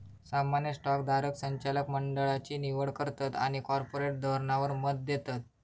सामान्य स्टॉक धारक संचालक मंडळची निवड करतत आणि कॉर्पोरेट धोरणावर मत देतत